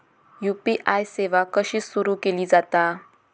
UPI सेवा कशी सुरू केली जाता?